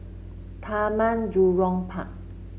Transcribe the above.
Taman Jurong Park